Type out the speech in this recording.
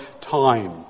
time